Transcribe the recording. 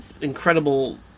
incredible